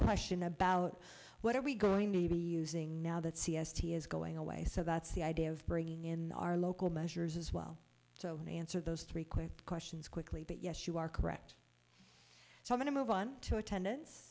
question about what are we going to be using now that c s t is going away so that's the idea of bringing in our local measures as well so an answer those three quick questions quickly but yes you are correct so i want to move on to a ten